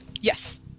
Yes